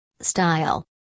Style